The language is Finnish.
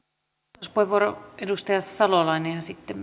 vastauspuheenvuoro edustaja salolainen ja sitten